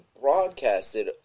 broadcasted